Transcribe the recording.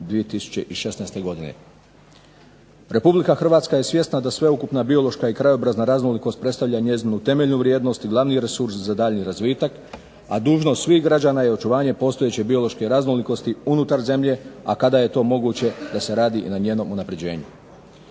2016. godine. Republika Hrvatska je svjesna da sveukupna biološka i krajobrazna raznolikost predstavlja njezinu temeljnu vrijednost i glavne resurse za daljnji razvitak, a dužnost svih građana je očuvanje postojeće biološke raznolikosti unutar zemlje, a kada je to moguće da se radi na njenom unapređenju.